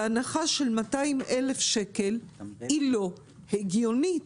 והנחה של 200 אלף שקל היא לא הגיונית.